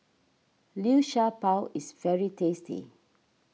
Liu Sha Bao is very tasty